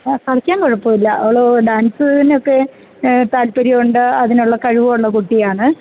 ആ കളിക്കാൻ കുഴപ്പമില്ല അവള് ഡാൻസിനൊക്കെ താല്പര്യമുണ്ട് അതിനുള്ള കഴിവുള്ള കുട്ടിയാണ്